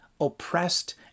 oppressed